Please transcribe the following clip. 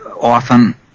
often